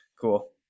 cool